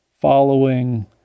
following